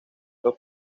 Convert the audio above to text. los